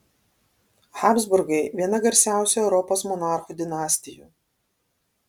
habsburgai viena garsiausių europos monarchų dinastijų